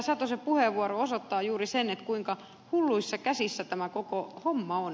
satosen puheenvuoro osoittaa juuri sen kuinka hulluissa käsissä tämä koko homma on